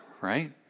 right